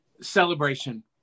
celebration